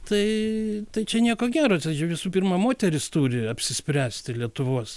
tai čia nieko gero tai čia visų pirma moterys turi apsispręsti lietuvos